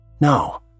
No